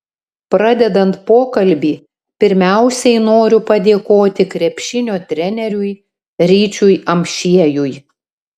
pradedant pokalbį pirmiausiai noriu padėkoti krepšinio treneriui ryčiui amšiejui